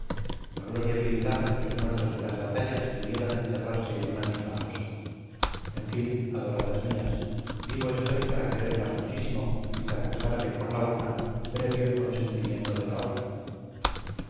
la gloria militar y los muertos de las batallas debieran enterrarse en una misma fosa en fin adoradas mías vivo estoy para quererlas muchísimo y para casarme con la una previo el consentimiento de la otra